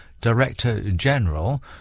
Director-General